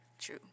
True